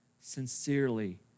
Sincerely